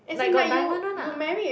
like got diamond one ah